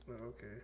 okay